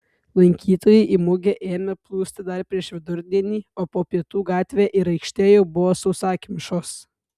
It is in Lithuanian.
lankytojai į mugę ėmė plūsti dar prieš vidurdienį o po pietų gatvė ir aikštė jau buvo sausakimšos